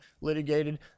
litigated